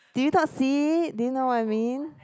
do you not see it do you know what I mean